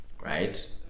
right